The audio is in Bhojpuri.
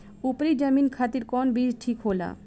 उपरी जमीन खातिर कौन बीज ठीक होला?